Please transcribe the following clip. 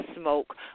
smoke